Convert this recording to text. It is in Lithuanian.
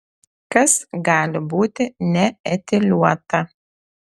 kas gali būti neetiliuota